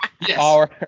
Yes